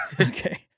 Okay